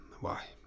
Why